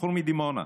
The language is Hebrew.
בחור מדימונה.